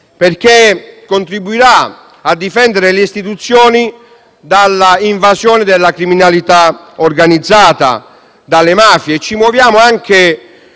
perché contribuirà a difendere le istituzioni dall'invasione della criminalità organizzata, dalle mafie. Ci muoviamo anche